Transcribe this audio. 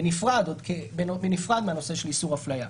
בנפרד מהנושא של איסור אפליה.